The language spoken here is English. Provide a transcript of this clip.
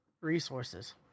resources